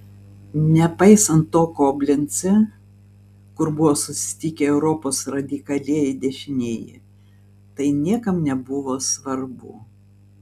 nepaisant to koblence kur buvo susitikę europos radikalieji dešinieji tai niekam nebuvo svarbu